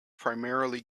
primarily